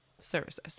services